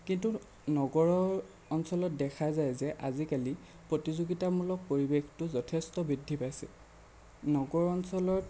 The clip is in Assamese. কিন্তু নগৰ অঞ্চলত দেখা যায় যে আজিকালি প্ৰতিযোগিতামূলক পৰিৱেশটো যথেষ্ট বৃদ্ধি পাইছে নগৰ অঞ্চলত